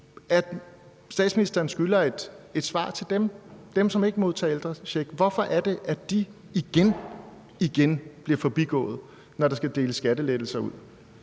statsministeren skylder et svar til dem, som ikke modtager ældrechecken. Hvorfor er det, at de igen igen bliver forbigået, når der skal deles skattelettelser ud?